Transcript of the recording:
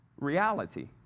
reality